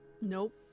Nope